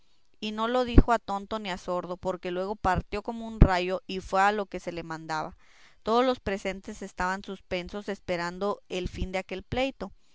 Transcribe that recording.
y no lo dijo a tonto ni a sordo porque luego partió como un rayo y fue a lo que se le mandaba todos los presentes estaban suspensos esperando el fin de aquel pleito